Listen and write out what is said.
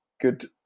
good